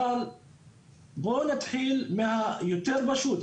אבל בואו נתחיל מיותר הפשוט.